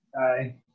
Aye